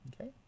Okay